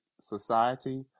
society